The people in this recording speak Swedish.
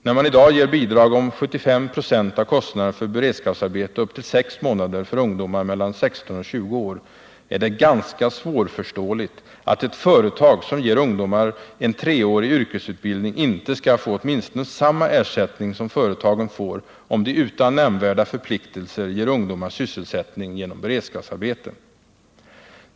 När man i dag ger bidrag på 75 96 av kostnaderna för beredskapsarbete upp till 6 månader för ungdomar mellan 16 och 20 år, är det ganska svårförståeligt att ett företag som ger ungdomar en treårig yrkesutbildning inte skall få åtminstone samma ersättning som företagen får, om de utan nämnvärda förpliktelser ger ungdomar sysselsättning genom beredskapsarbete.